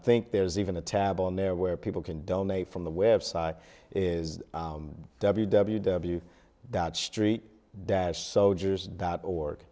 think there's even a tab on there where people can donate from the web site is w w w dot street dash soldiers dot org